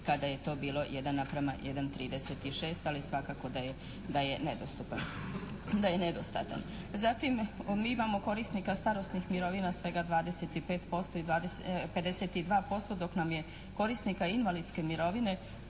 kada je to bilo 1:1,36 ali svakako da je nedostupan, da je nedostatan. Zatim mi imamo korisnika starosnih mirovina svega 25% i, 52% dok nam je korisnika invalidske mirovine